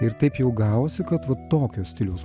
ir taip jau gavosi kad va tokio stiliaus